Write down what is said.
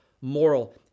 moral